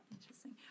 Interesting